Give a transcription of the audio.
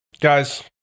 guys